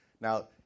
now